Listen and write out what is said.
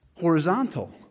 horizontal